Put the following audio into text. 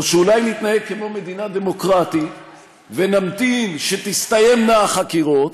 או שאולי נתנהג כמו מדינה דמוקרטית ונמתין שתסתיימנה החקירות,